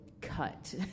cut